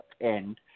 end